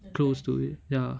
close to it ya